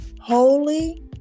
holy